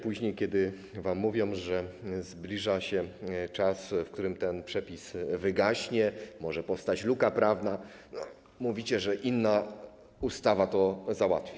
Później, kiedy wam mówią, że zbliża się czas, w którym ten przepis wygaśnie, może powstać luka prawna, mówicie, że inna ustawa to załatwi.